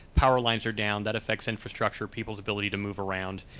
power lines are down. that affects infrastructure, people's ability to move around.